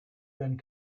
been